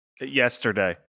yesterday